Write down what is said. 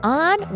on